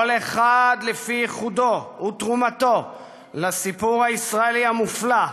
כל אחד לפי ייחודו ותרומתו לסיפור הישראלי המופלא,